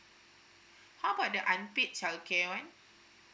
how about the unpaid childcare one